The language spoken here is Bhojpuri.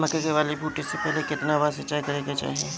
मकई के बाली फूटे से पहिले केतना बार सिंचाई करे के चाही?